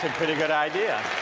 pretty good idea.